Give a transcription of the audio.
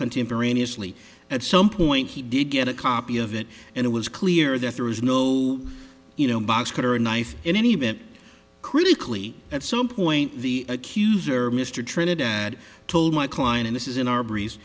contemporaneously at some point he did get a copy of it and it was clear that there was no you know box cutter a knife in any event critically at some point the accuser mr trinidad told my client in this is in our breeze